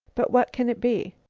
but what can it be?